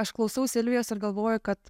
aš klausau silvijos ir galvoja kad